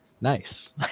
nice